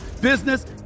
business